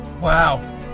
wow